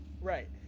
right